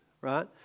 right